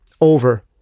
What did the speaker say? over